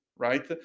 Right